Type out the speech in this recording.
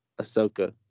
Ahsoka